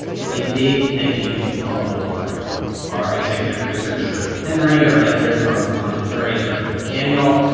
so a big thank you to our whole crew our executive producer is shirley henry. our editors are muthoni muturi and eric mcdaniel.